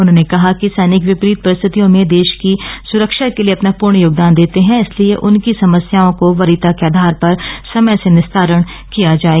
उन्होने कहा कि सैनिक विपरित परिस्थतियों में देश की सुरक्षा के लिए अपनॉ पूर्ण योगदान देते है इसलिए उनकी समस्याओं का वरीयता के आधार पर समय से निस्तारण किया जाए